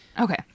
Okay